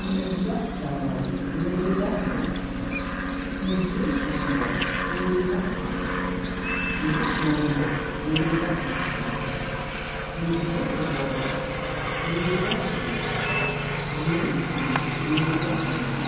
नैजिबा जानुवारि नै रोजा नै नैजिब्रै दिसेम्बर नै रोजा थाम जिगु नबेम्बर नै रोजा नैजि थाम नैजिसे फेब्रुवारि नै रोजा जिगु जिनै जुन नै रोजा नैजि